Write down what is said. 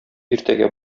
иртәгә